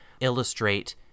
illustrate